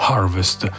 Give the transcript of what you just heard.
Harvest